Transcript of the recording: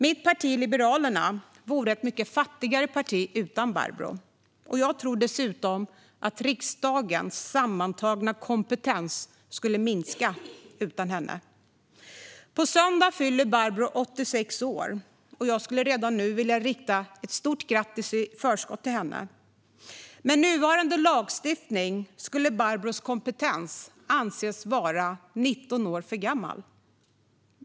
Mitt parti Liberalerna vore ett mycket fattigare parti utan Barbro, och jag tror dessutom att riksdagens sammantagna kompetens skulle minska utan henne. På söndag fyller Barbro 86 år, och jag skulle redan nu vilja rikta ett stort grattis i förskott till henne. Med nuvarande lagstiftning skulle Barbros kompetens anses vara 19 år för gammal.